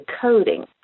coding